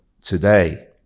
today